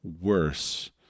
worse